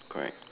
correct